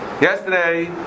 Yesterday